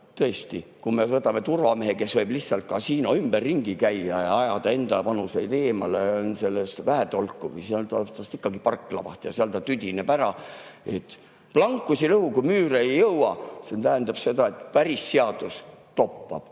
tõesti, kui me võtame turvamehe, kes võib lihtsalt kasiino ümber ringi käia ja ajada endavanuseid eemale, siis on sellest vähe tolku. Lõpuks saab temast ikkagi parklavaht ja seal ta tüdineb ära. Plankusid lõhu, kui müüre ei jõua – see tähendab seda, et päris seadus toppab.